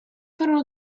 furono